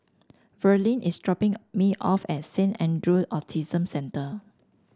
Verlene is dropping a me off at Saint Andrew Autism Centre